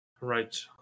right